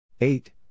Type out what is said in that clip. Eight